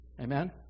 Amen